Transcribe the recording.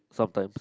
sometimes